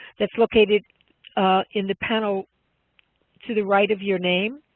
that's located in the panel to the right of your name,